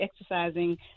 exercising